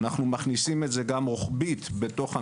אנחנו מכניסים את זה גם רוחבית בתוך המשרד.